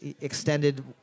extended